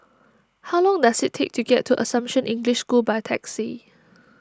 how long does it take to get to Assumption English School by taxi